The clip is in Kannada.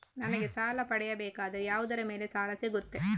ನನಗೆ ಸಾಲ ಪಡೆಯಬೇಕಾದರೆ ಯಾವುದರ ಮೇಲೆ ಸಾಲ ಸಿಗುತ್ತೆ?